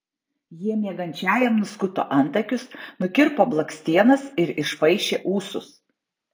jie miegančiajam nuskuto antakius nukirpo blakstienas ir išpaišė ūsus